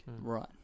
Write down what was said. right